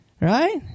Right